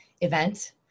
event